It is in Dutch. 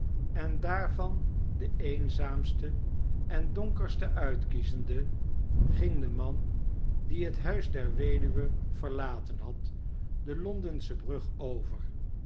en daarvan de eenzaamste en donkerste uitkiezende ging de man die het huis der weduwe verlaten had de londensche brug over